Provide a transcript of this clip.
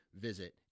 visit